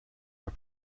are